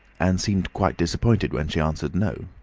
and seemed quite disappointed when she answered, no.